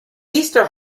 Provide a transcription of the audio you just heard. easter